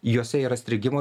juose yra strigimo